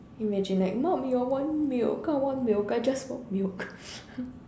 imagine like mummy I want milk I want milk I just want milk